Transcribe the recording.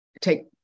take